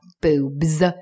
boobs